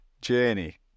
journey